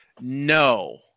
No